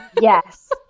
Yes